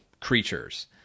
creatures